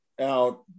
out